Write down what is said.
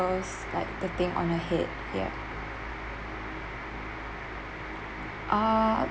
spectacles like the thing on her head ya uh